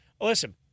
Listen